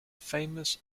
famous